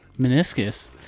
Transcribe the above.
Meniscus